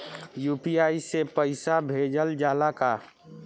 UPI से पईसा भेजल जाला का?